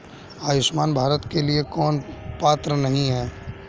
आयुष्मान भारत के लिए कौन पात्र नहीं है?